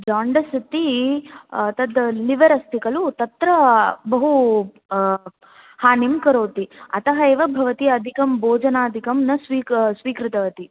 jaundice इति तद् liver अस्ति खलु तत्र बहु हानिं करोति अतः एव भवती अधिकं भोजनाधिकं न स्वीकृतवती